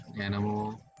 animal